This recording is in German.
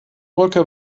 brücke